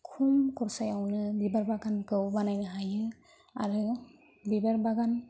खम खरसायावनो बिबार बागानखौ बानायनो हायो आरो बिबार बागानखौ